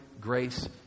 grace